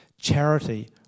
Charity